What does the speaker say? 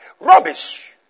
Rubbish